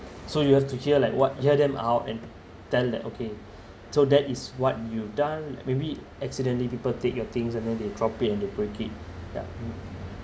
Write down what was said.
so you have to hear like what hear them out and tell that okay so that is what you've done maybe accidentally people take your things and then they drop it and then they break it ya